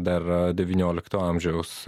dar devyniolikto amžiaus